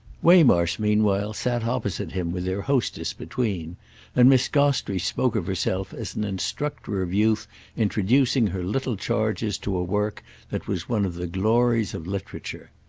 waymarsh meanwhile sat opposite him with their hostess between and miss gostrey spoke of herself as an instructor of youth introducing her little charges to a work that was one of the glories of literature.